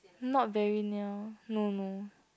not very near no no